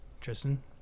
Tristan